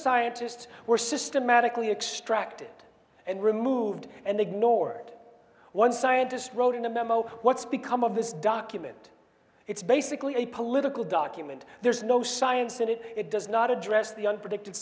scientists were systematically extracted and removed and ignored one scientist wrote in a memo what's become of this document it's basically a political document there's no science in it it does not address the unpredict